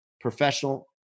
professional